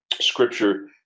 scripture